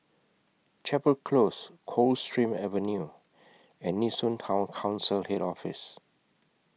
Chapel Close Coldstream Avenue and Nee Soon Town Council Head Office